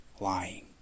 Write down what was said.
lying